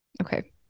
okay